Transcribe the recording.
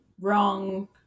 wrong